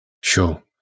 Sure